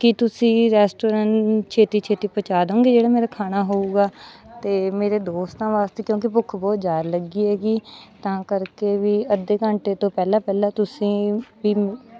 ਕੀ ਤੁਸੀਂ ਰੈਸਟੋਰੈਂਟ ਛੇਤੀ ਛੇਤੀ ਪਹੁੰਚਾ ਦਿਓਗੇ ਜਿਹੜਾ ਮੇਰਾ ਖਾਣਾ ਹੋਊਗਾ ਅਤੇ ਮੇਰੇ ਦੋਸਤਾਂ ਵਾਸਤੇ ਕਿਉਂਕਿ ਭੁੱਖ ਬਹੁਤ ਜ਼ਿਆਦਾ ਲੱਗੀ ਹੈਗੀ ਤਾਂ ਕਰਕੇ ਵੀ ਅੱਧੇ ਘੰਟੇ ਤੋਂ ਪਹਿਲਾਂ ਪਹਿਲਾਂ ਤੁਸੀਂ ਵੀ